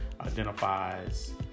identifies